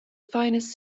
finest